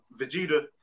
Vegeta